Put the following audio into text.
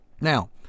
Now